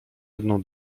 jedną